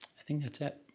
i think that's it.